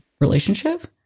relationship